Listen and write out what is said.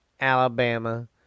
Alabama